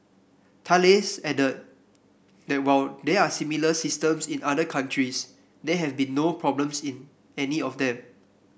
Thales added that while there are similar systems in other countries there have been no problems in any of them